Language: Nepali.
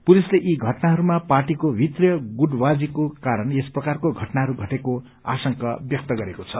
पुलिसले यी घटनाहरूमा पार्टीको भित्रीय गुटबाजीको कारण यस प्रकारको घटनाहरू घटेको आशंका व्यक्त गरेको छ